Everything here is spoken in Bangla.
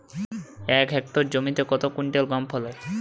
এক হেক্টর জমিতে কত কুইন্টাল গম ফলে?